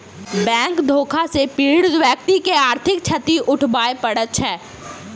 bank धोखा सॅ पीड़ित व्यक्ति के आर्थिक क्षति उठाबय पड़ैत छै